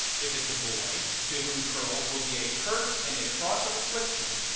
if it's a boy, to whom curls will be a curse and a cross of affliction,